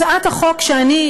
הצעת החוק שאני,